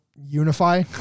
unify